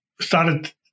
started